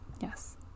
Yes